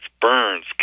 burns